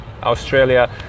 australia